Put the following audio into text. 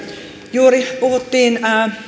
juuri puhuttiin